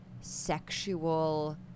sexual